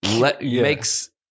makes